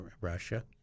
Russia